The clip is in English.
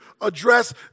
address